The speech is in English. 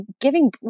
giving